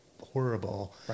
horrible